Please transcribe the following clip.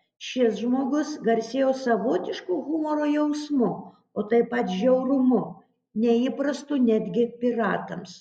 šis žmogus garsėjo savotišku humoro jausmu o taip pat žiaurumu neįprastu netgi piratams